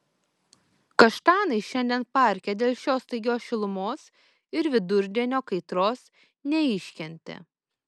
kaštanai šiandien parke dėl šios staigios šilumos ir vidurdienio kaitros neiškentė